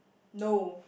no